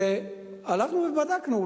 והלכנו ובדקנו,